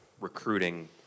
recruiting